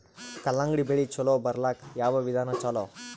ಕಲ್ಲಂಗಡಿ ಬೆಳಿ ಚಲೋ ಬರಲಾಕ ಯಾವ ವಿಧಾನ ಚಲೋ?